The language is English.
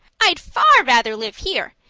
i'd far rather live here,